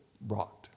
brought